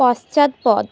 পশ্চাৎপদ